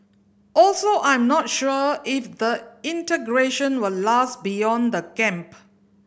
also I'm not sure if the integration will last beyond the camp